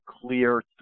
clear